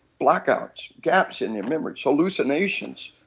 blackouts, gaps in your memory, hallucinations,